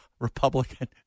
Republican